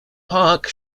park